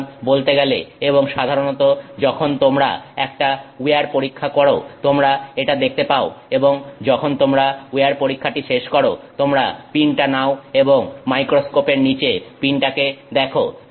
সুতরাং বলতে গেলে এবং সাধারণত যখন তোমরা একটা উইয়ার পরীক্ষা করো তোমরা এটা দেখতে পাও এবং যখন তোমরা উইয়ার পরীক্ষাটি শেষ করো তোমরা পিনটা নাও এবং মাইক্রোস্কোপ এর নিচে পিনটাকে দেখ